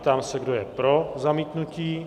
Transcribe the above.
Ptám se, kdo je pro zamítnutí?